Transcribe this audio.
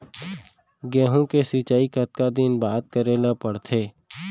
गेहूँ के सिंचाई कतका दिन बाद करे ला पड़थे?